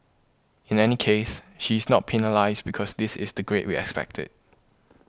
in any case she's not penalised because this is the grade we expected